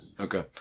Okay